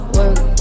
work